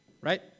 right